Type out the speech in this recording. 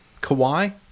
Kawhi